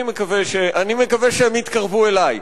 אני מקווה שהם יתקרבו אלי.